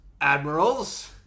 Admirals